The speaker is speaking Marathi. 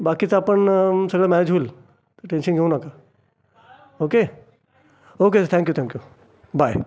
बाकीचं आपण सगळं मॅनेज होईल टेन्शन घेऊ नका okay okay thank you thank you bye